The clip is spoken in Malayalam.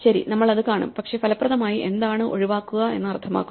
ശരി നമ്മൾ അത് കാണും പക്ഷേ ഫലപ്രദമായി എന്താണ് ഒഴിവാക്കുക എന്നത് അർത്ഥമാക്കുന്നത്